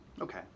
Okay